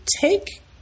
take